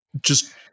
just-